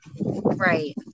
Right